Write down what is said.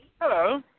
Hello